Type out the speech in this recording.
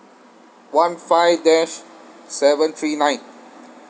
one five dash seven three nine